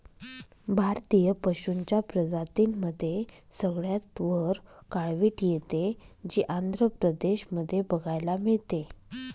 भारतीय पशूंच्या प्रजातींमध्ये सगळ्यात वर काळवीट येते, जे आंध्र प्रदेश मध्ये बघायला मिळते